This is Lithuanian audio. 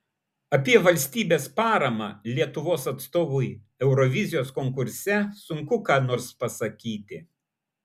apie valstybės paramą lietuvos atstovui eurovizijos konkurse sunku ką nors pasakyti